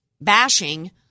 bashing